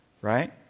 right